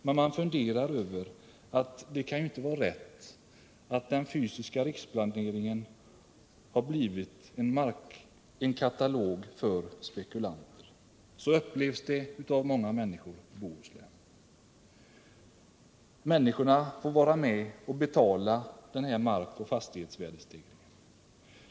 Men det kan inte vara rätt, när den planeringen har blivit en katalog för spekulanter — så upplevs den av många människor i Bohuslän. De bofasta människorna får vara med och betala markoch fastighetsvärdestegringen.